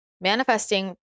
manifesting